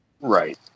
Right